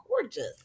gorgeous